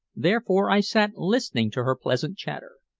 therefore i sat listening to her pleasant chatter.